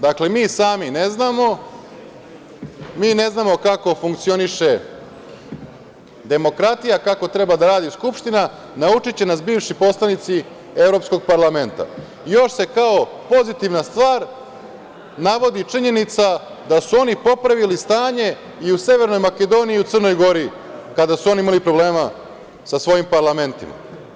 Dakle, mi sami ne znamo, mi ne znamo kako funkcioniše demokratija, kako treba da radi Skupština, naučiće nas bivši poslanici Evropskog parlamenta, još se kao pozitivna stvar navodi činjenica da su oni popravili stanje i u Severnoj Makedoniji i Crnoj Gori, kada su oni imali problema sa svojim parlamentima.